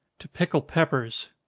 to pickle peppers.